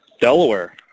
Delaware